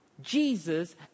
Jesus